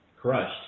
crushed